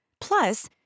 plus